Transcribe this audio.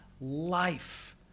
life